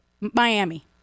Miami